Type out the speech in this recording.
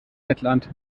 lettland